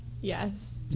Yes